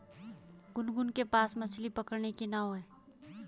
गुनगुन के पास मछ्ली पकड़ने की नाव है